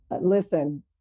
Listen